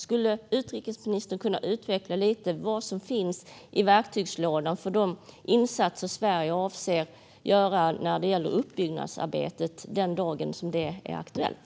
Skulle utrikesministern kunna utveckla lite vad som finns i verktygslådan för de insatser som Sverige avser att göra när det gäller uppbyggnadsarbetet den dagen som det är aktuellt?